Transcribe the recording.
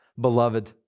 beloved